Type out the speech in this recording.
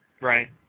Right